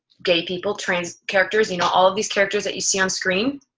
gay people. trans characters. you know all of these characters that you see on screen.